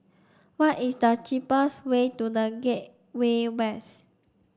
what is the cheapest way to The Gateway West